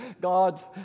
God